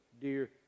dear